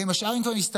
עם השאר הם כבר יסתדרו,